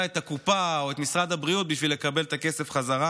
את הקופה או את משרד הבריאות בשביל לקבל את הכסף חזרה?